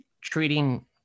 treating